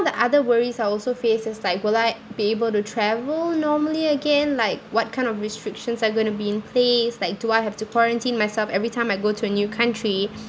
of the other worries I also face is like will I be able to travel normally again like what kind of restrictions are going to be in place like do I have to quarantine myself every time I go to a new country